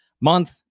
month